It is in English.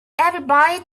everybody